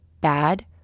bad